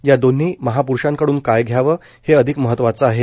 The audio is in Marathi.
या दोन्ही महाप्रुषांकडून काय घ्यावं हे अधिक महत्वाचं आहे